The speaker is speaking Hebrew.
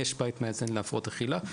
יש בית מאזן להפרעות אכילה,